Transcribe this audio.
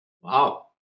Wow